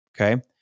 Okay